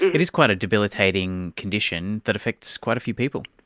it is quite a debilitating condition that affects quite a few people.